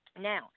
Now